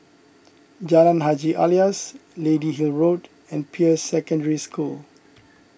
Jalan Haji Alias Lady Hill Road and Peirce Secondary School